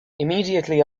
immediately